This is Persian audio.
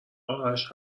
آرش